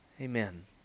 amen